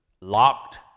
locked